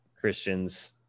Christian's